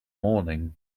morning